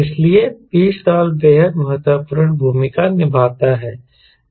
इसलिए Vstall बेहद महत्वपूर्ण भूमिका निभाता है